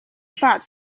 fat